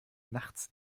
nachts